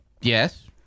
Yes